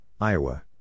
Iowa